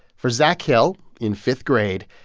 for zac hill in fifth grade,